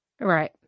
Right